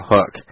Hook